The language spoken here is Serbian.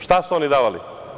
Šta su oni davali?